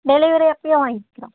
delivery அப்போயே வாங்கிக்குறோம்